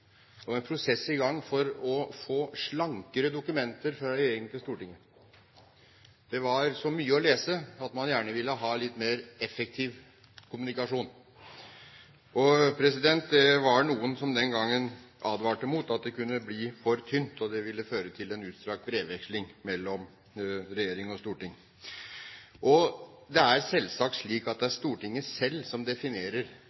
og en prosess i gang – for å få slankere dokumenter fra regjeringen til Stortinget. Det var så mye å lese at man gjerne ville ha litt mer effektiv kommunikasjon. Det var noen som den gangen advarte mot at det kunne bli for tynt, og at det ville føre til en utstrakt brevveksling mellom regjering og storting. Det er selvsagt slik at det